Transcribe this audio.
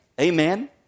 Amen